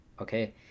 Okay